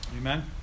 amen